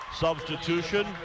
Substitution